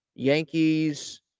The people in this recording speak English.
Yankees